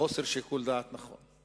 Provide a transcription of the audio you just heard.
חוסר שיקול דעת נכון.